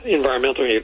environmental